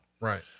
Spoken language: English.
Right